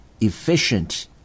efficient